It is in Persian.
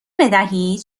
بدهید